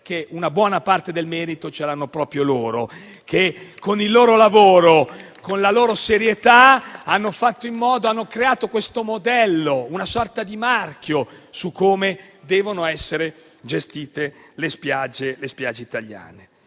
che buona parte del merito ce l'hanno proprio loro, che con il loro lavoro e con la loro serietà hanno creato questo modello, una sorta di marchio su come devono essere gestite le spiagge.